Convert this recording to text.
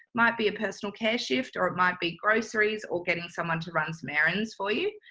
might be a personal care shift or it might be groceries or getting someone to run some errands for you